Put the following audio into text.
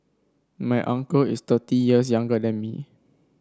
my uncle is thirty years younger than me